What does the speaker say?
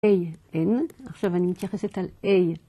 AN. עכשיו אני מתייחסת על A.